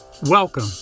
Welcome